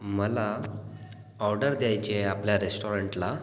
मला ऑर्डर द्यायची आहे आपल्या रेस्टॉरंटला